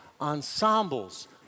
ensembles